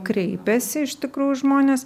kreipiasi iš tikrųjų žmonės